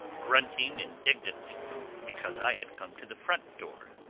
grunting indignantly because i had come to the front door.